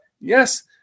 yes